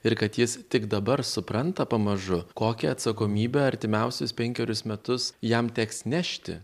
ir kad jis tik dabar supranta pamažu kokią atsakomybę artimiausius penkerius metus jam teks nešti